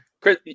Chris